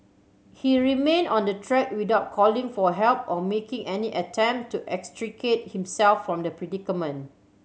he remained on the track without calling for help or making any attempt to extricate himself from the predicament